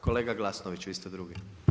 Kolega Glasnović, vi ste drugi.